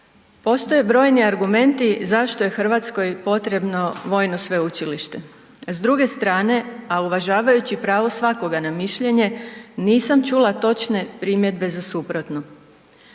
postoje brojni argumenti zašto je Hrvatskoj potrebno vojno sveučilište, a s druge strane, a uvažavajući pravo svakoga na mišljenje nisam čula točne primjedbe za suprotno.